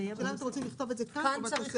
השאלה היא אם רוצים לכתוב את זה כאן או בתוספת.